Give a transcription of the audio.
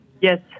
Yes